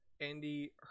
Andy